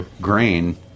grain